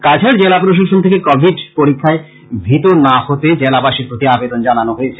কাছাড় জেলা প্রশাসন থেকে কোবিড পরীক্ষায় ভীত না হতে জেলাবাসীর প্রতি আবেদন জানানো হয়েছে